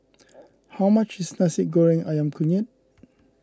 how much is Nasi Goreng Ayam Kunyit